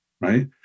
right